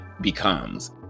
becomes